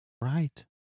right